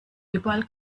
überall